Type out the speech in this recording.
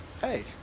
Hey